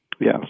Yes